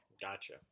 Gotcha